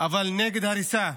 אבל נגד הריסה,